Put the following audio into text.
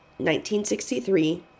1963